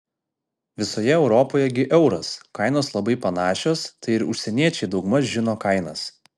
visoje europoje gi euras kainos labai panašios tai ir užsieniečiai daugmaž žino kainas